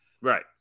Right